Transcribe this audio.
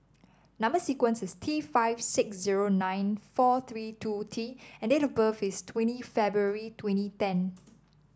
number sequence is T five six zero nine four three two T and date of birth is twenty February twenty ten